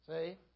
See